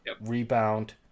rebound